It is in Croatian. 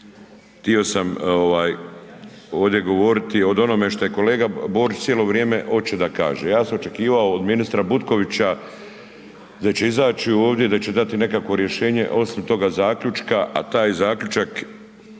htio sam ovdje govoriti o onome što kolega Borić cijelo hoće da kaže. Ja sam očekivao od ministra Butkovića da će izaći ovdje i da će dati nekakvo rješenje osim toga zaključka a taj zaključak